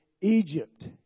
Egypt